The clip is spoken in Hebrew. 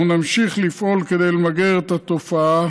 אנחנו נמשיך לפעול כדי למגר את התופעה.